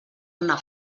una